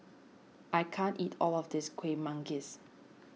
I can't eat all of this Kueh Manggis